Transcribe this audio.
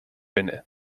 have